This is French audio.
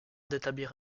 d’établir